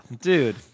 Dude